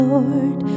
Lord